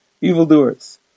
evildoers